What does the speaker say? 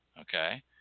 okay